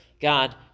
God